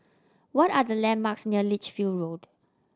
what are the landmarks near Lichfield Road